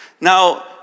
Now